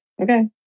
Okay